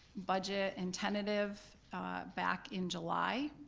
budget and tentative back in july.